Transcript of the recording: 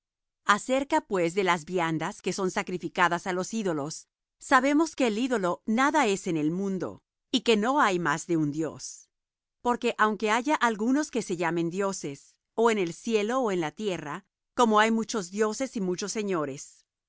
acerca pues de las viandas que son saacrificadas á los ídolos sabemos que el ídolo nada es en el mundo y que no hay más de un dios porque aunque haya algunos que se llamen dioses ó en el cielo ó en la tierra como hay muchos dioses y muchos señores nosotros empero no